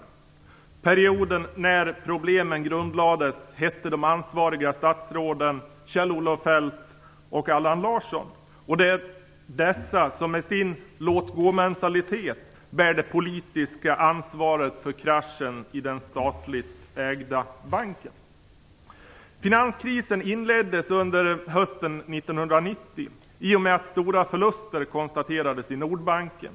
Under den period då problemen grundlades hette de ansvariga statsråden Kjell-Olof Feldt och Allan Larsson. Det är dessa som med sin låtgåmentalitet bär det politiska ansvaret för kraschen i den statligt ägda banken. Finanskrisen inleddes under hösten 1990 i och med att stora förluster konstaterades i Nordbanken.